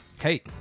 Hey